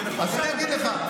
זה, אני חייב להגיד לך.